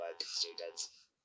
students